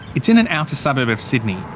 it's in an outer suburb of sydney,